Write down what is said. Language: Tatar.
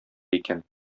икән